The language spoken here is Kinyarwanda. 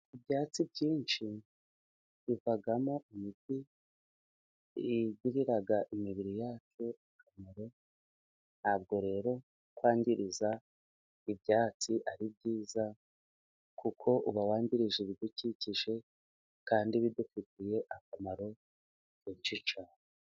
Ibyatsi byinshi, bivamo imiti igirira imibiri yacu akamaro, ntabwo rero kwangiza ibyatsi ari byiza, kuko uba wangirije ibidukikije, kandi bidufitiye akamaro kenshi cyane.